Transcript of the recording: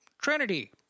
Trinity